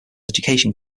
education